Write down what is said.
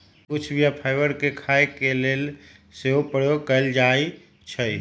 कुछ बीया फाइबर के खाय के लेल सेहो प्रयोग कयल जाइ छइ